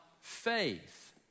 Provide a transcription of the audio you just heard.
faith